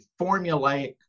formulaic